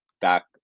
back